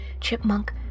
Chipmunk